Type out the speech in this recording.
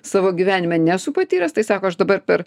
savo gyvenime nesu patyręs tai sako aš dabar per